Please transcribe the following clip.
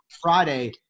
Friday